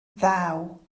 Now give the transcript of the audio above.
ddaw